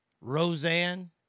Roseanne